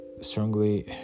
strongly